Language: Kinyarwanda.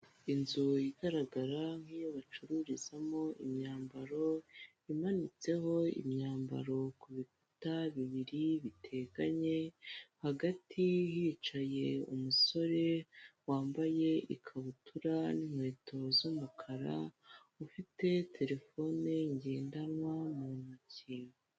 Inzu igaragara nk'iyo bacururizamo imyambaro imanitseho imyambaro ku bikuta bibiri biteganye, hagati hicaye umusore wambaye ikabutura n'inkweto z'umukara ufite telefone ngendanwa mu ntoki.